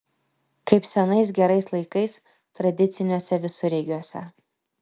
kaip senais gerais laikais tradiciniuose visureigiuose